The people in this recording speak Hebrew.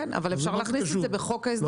אבל אפשר להכניס את זה בחוק ההסדרים.